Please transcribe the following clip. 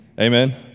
Amen